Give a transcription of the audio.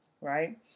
Right